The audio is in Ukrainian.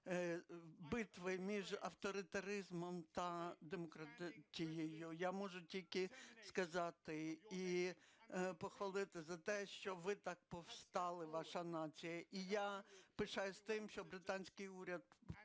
Я можу тільки сказати і похвалити за те, що ви так повстали, ваша нація. І я пишаюсь тим, що британський уряд